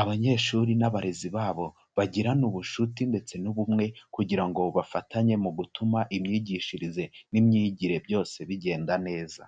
abanyeshuri n'abarezi babo bagirana ubucuti ndetse n'ubumwe kugira ngo bafatanye mu gutuma imyigishirize n'imyigire byose bigenda neza.